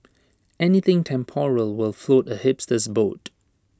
anything temporal will float A hipster's boat